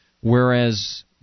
Whereas